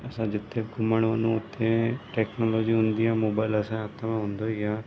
असां जिते घुमणु वञूं हुते टेक्नोलॉजी हूंदी आहे मोबाइल असांजे हथ में हूंदो ई आहे